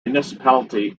municipality